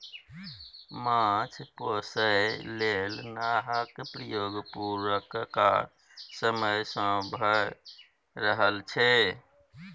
माछ पोसय लेल नाहक प्रयोग पुरनका समय सँ भए रहल छै